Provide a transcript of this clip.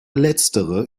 letztere